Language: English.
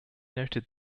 noted